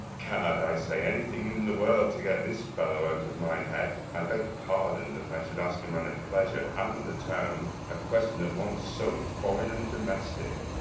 gad, i say anything in the world to get this fellow out of my head. i beg pardon that i should ask a man of pleasure and the town a question at once so foreign and domestic.